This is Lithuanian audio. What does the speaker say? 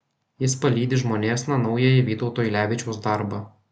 jis palydi žmonėsna naująjį vytauto ylevičiaus darbą